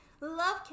love